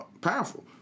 powerful